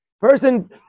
person